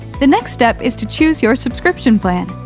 the next step is to choose your subscription plan.